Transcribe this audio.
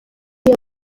iyo